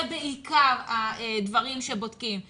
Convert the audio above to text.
זה בעיקר הדברים שבודקים.